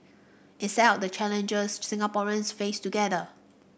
it set out the challenges Singaporeans face together